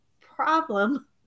problem